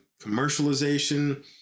commercialization